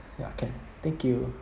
ya can thank you